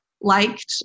liked